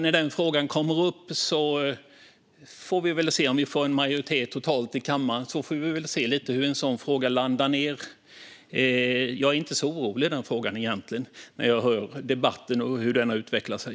När den frågan kommer upp får vi väl se om vi får en majoritet totalt i kammaren; vi får se hur en sådan fråga landar. Jag är egentligen inte så orolig för vargfrågan när jag hör debatten och hur den har utvecklat sig.